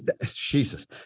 Jesus